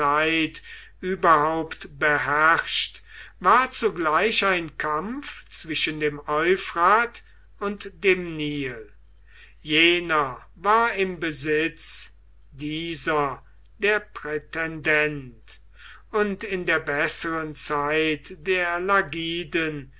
überhaupt beherrscht war zugleich ein kampf zwischen dem euphrat und dem nil jener war im besitz dieser der prätendent und in der besseren zeit der lagiden